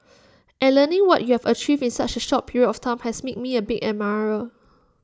and learning what you have achieved in such A short period of time has made me A big admirer